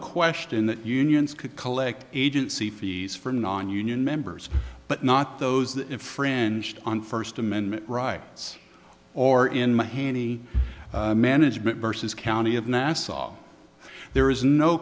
question that unions could collect agency fees for non union members but not those that infringed on first amendment rights or in my handy management versus county of nassau there is no